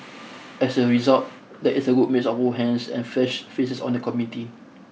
as a result there is a good mix of old hands and fresh faces on the committee